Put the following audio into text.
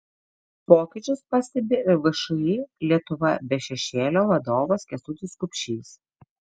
pokyčius pastebi ir všį lietuva be šešėlio vadovas kęstutis kupšys